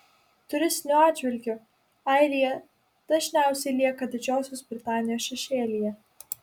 turistiniu atžvilgiu airija dažniausiai lieka didžiosios britanijos šešėlyje